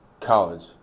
college